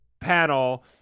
panel